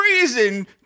reason